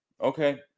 okay